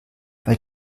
weil